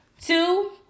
two